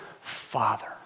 Father